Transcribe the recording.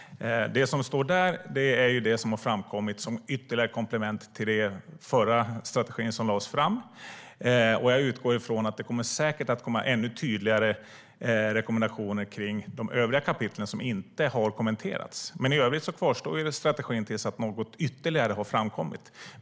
Det som står i pm:et är det som har framkommit som ytterligare komplement till den förra strategin som lades fram, och jag utgår ifrån att det kommer att komma ännu tydligare rekommendationer för de övriga kapitel som inte har kommenterats. I övrigt kvarstår strategin tills något ytterligare har framkommit.